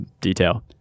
detail